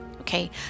Okay